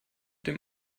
dem